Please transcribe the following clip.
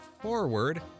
forward